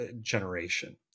generation